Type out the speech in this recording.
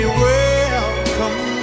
welcome